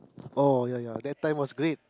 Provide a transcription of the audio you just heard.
oh ya ya that time was great